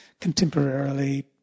contemporarily